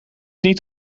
niet